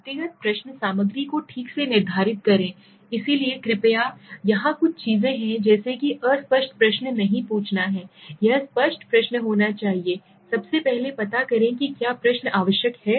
व्यक्तिगत प्रश्न सामग्री को ठीक से निर्धारित करें इसलिए कृपया यहाँ कुछ चीजें हैं जैसे कि अस्पष्ट प्रश्न नहीं पूछना है यह प्रश्न स्पष्ट होना चाहिए सबसे पहले पता करें कि क्या प्रश्न आवश्यक है